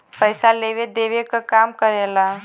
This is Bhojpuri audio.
पइसा लेवे देवे क काम करेला